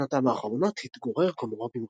בשנותיו האחרונות התגורר קומרוב עם